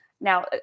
Now